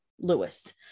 Lewis